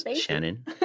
Shannon